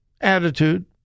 Attitude